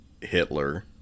Hitler